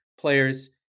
players